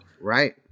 right